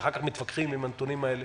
ואחר כך מתווכחים עם הנתונים האלה